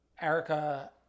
Erica